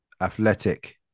Athletic